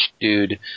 dude